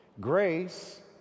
Grace